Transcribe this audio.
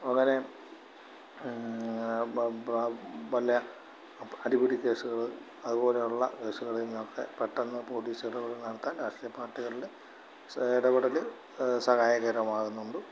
അങ്ങനെ പല അടിപിടി കേസുകള് അതുപോലെയുള്ള കേസുകളില്നിന്നൊക്കെ പെട്ടെന്ന് പോലീസ് ഇടപെടൽ നടത്താൻ രാഷ്ട്രീയ പാർട്ടികളില് ഇടപെടല് സഹായകരമാകുന്നുണ്ട്